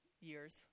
years